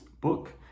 book